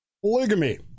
polygamy